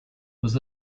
was